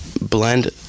blend